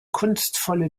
kunstvolle